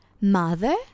mother